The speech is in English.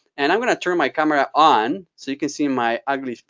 and i'm going to turn my camera on, so you can see my ugly.